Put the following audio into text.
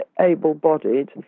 able-bodied